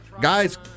Guys